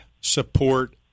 support